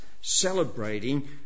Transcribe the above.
celebrating